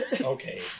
Okay